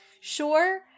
sure